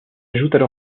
ajoutent